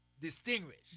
distinguished